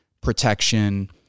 protection